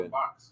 box